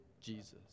Jesus